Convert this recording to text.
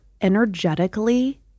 energetically